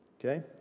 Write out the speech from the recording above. Okay